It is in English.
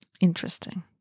Interesting